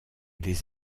les